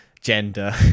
gender